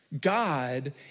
God